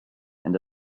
and